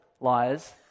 liars